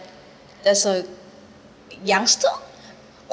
there's a youngster